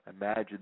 Imagine